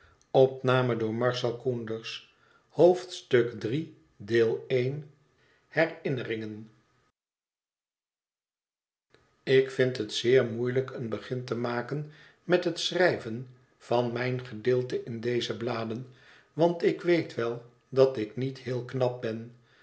iii herinneringen ik vind het zeer moeiel'y'k een begin te maken met het schrijven van mijn gedeelte in deze bladen want ik weet wel dat ik niet heel knap ben